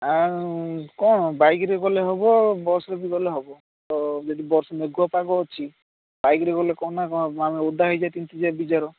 ଆଉ କ'ଣ ବାଇକ୍ରେ ଗଲେ ହବ ବସ୍ରେ ବି ଗଲେ ହବ ତ ଯଦି ମେଘୁଆ ପାଗ ଅଛି ବାଇକ୍ରେ ଗଲେ କ'ଣ ନା କ'ଣ ଆମେ ଓଦା ହେଇଯିବା ତିନ୍ତି ଯିବା ବିଜାର